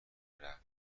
رحم